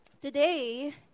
today